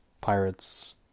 Pirates